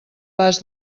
pas